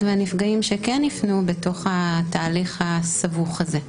והנפגעים שכן יפנו בתוך התהליך הסבוך הזה.